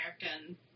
American